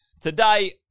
today